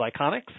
Iconics